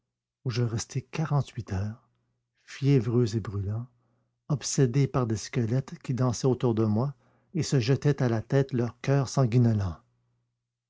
où je restai quarante-huit heures fiévreux et brûlant obsédé par des squelettes qui dansaient autour de moi et se jetaient à la tête leurs coeurs sanguinolents